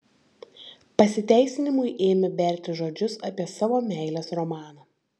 pasiteisinimui ėmė berti žodžius apie savo meilės romaną